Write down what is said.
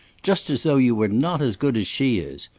just as though you were not as good as she is,